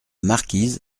marquise